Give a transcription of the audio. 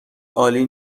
عالی